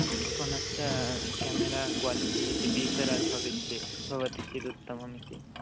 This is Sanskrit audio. पुनश्च केमेरा क्वालिटि इति डिसेलार् भवेत् चेत् भवति चेत् उत्तममिति